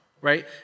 right